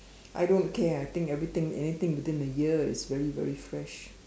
I don't care I think everything anything between the year is very very fresh